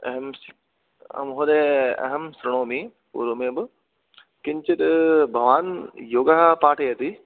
अहं महोदय अहं श्रुणोमि पुर्वमेव किञ्चिद् भवान् योगः पाठयति